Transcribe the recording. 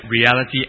Reality